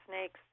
snakes